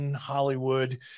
Hollywood